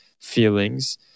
feelings